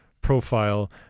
profile